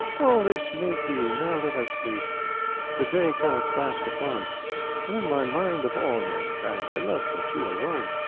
all this make ye now let us flee the day cometh fast upon for, in my mind, of all mankind i love but you alone.